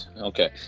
Okay